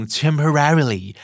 temporarily